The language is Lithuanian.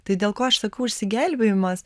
tai dėl ko aš sakau išsigelbėjimas